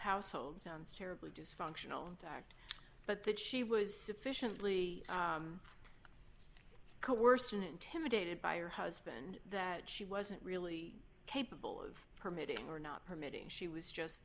household sounds terribly dysfunctional to act but that she was sufficiently coerced in intimidated by her husband that she wasn't really capable of permitting or not permitting she was just